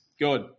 good